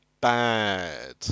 bad